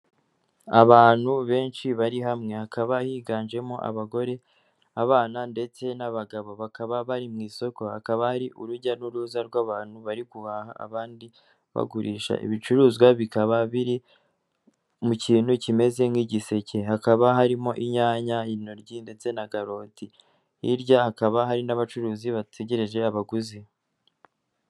Abantu benshi bari hamwe hakaba higanjemo abagore abana ndetse n'abagabo, bakaba bari mu isoko, hakaba hari urujya n'uruza rw'abantu bari guhaha abandi bagurisha ibicuruzwa bikaba biri mu kintu kimeze nk'igiseke, hakaba harimo inyanya, intoryi ndetse na karoti, hirya hakaba hari n'abacuruzi bategereje abaguzi.